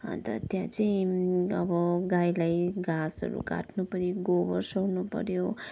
अन्त त्यहाँ चाहिँ अब गाईलाई घाँसहरू काट्नु पऱ्यो गोबर सोर्नु पऱ्यो